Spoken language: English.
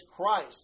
Christ